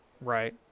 Right